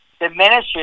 diminishes